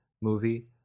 movie